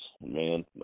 man